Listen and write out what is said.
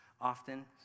often